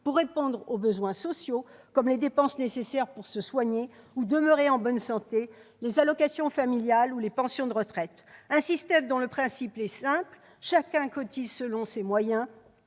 pour répondre aux besoins sociaux, comme les dépenses nécessaires pour se soigner ou demeurer en bonne santé, les allocations familiales ou les pensions de retraite. C'est un système dont le principe est simple :« Chacun cotise selon ses moyens